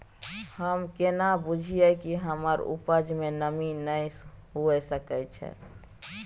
हम केना बुझीये कि हमर उपज में नमी नय हुए सके छै?